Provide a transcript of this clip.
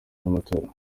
y’amatora